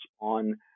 on